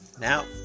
Now